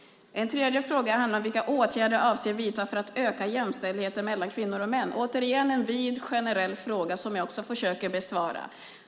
Den tredje frågan handlar om vilka åtgärder jag avser att vidta för att öka jämställdheten mellan kvinnor och män - återigen en vid, generell, fråga som jag också försöker besvara.